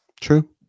True